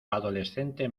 adolescente